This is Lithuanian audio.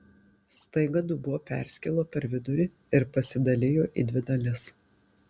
staiga dubuo perskilo per vidurį ir pasidalijo į dvi dalis